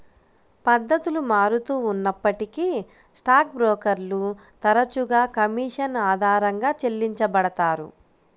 పద్ధతులు మారుతూ ఉన్నప్పటికీ స్టాక్ బ్రోకర్లు తరచుగా కమీషన్ ఆధారంగా చెల్లించబడతారు